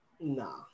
Nah